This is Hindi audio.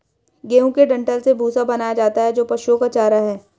गेहूं के डंठल से भूसा बनाया जाता है जो पशुओं का चारा है